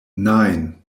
nine